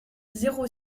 zéro